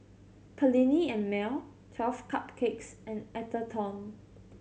Perllini and Mel Twelve Cupcakes and Atherton